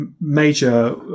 major